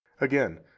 Again